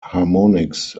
harmonics